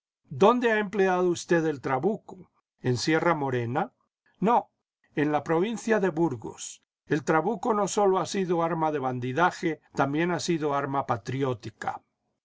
dónde ha empleado usted el trabuco en sierra morena no en la provincia de burgos el trabuco no sólo ha sido arma de bandidaje también ha sido arma patriótica